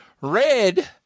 Red